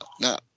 no